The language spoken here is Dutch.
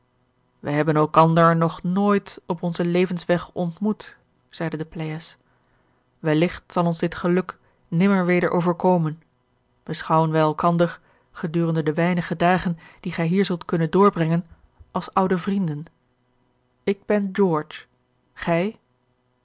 wij hebben elkander nog nooit op onzen levensweg ontmoet zeide de pleyes welligt zal ons dit geluk nimmer weder overkomen beschouwen wij elkander gedurende de weinige dagen die gij hier zult kunnen doorbrengen als oude vrienden ik ben george gij